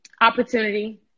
Opportunity